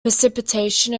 precipitation